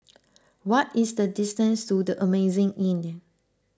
what is the distance to the Amazing Inn